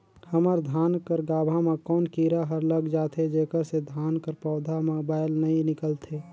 हमर धान कर गाभा म कौन कीरा हर लग जाथे जेकर से धान कर पौधा म बाएल नइ निकलथे?